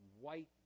white